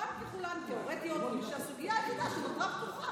"בהיותן רובן ככולן תיאורטיות וכשהסוגיה היחידה שנותרה 'פתוחה',